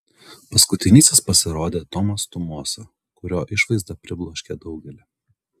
paskutinysis pasirodė tomas tumosa kurio išvaizda pribloškė daugelį